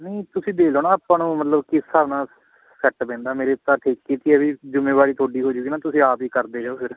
ਨਹੀਂ ਤੁਸੀਂ ਦੇ ਦੇਣਾ ਆਪਾਂ ਨੂੰ ਮਤਲਬ ਕਿਸ ਹਿਸਾਬ ਨਾਲ ਸੈੱਟ ਬਹਿੰਦਾ ਮੇਰੇ ਵੀ ਜਿੰਮੇਵਾਰੀ ਤੁਹਾਡੀ ਹੋਜੂਗੀ ਨਾ ਤੁਸੀਂ ਆਪ ਹੀ ਕਰਦੇ ਰਿਹੋ ਫਿਰ